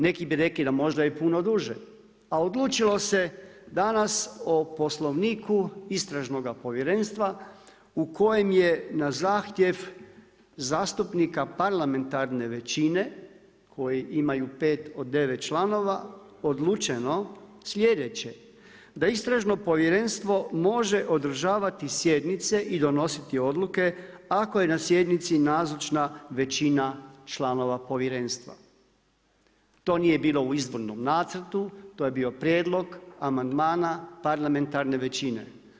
Neki bi rekli da možda i puno duže, a odlučilo se danas o Poslovniku Istražnoga povjerenstva u kojem je na zahtjev zastupnika parlamentarne većine koji imaju pet od devet članova odlučeno sljedeće da Istražno povjerenstvo može održavati sjednice i donositi odluke ako je na sjednici nazočna većina članova Povjerenstva. to nije bilo u izbornom nacrtu, to je bio prijedlog amandmana parlamentarne većine.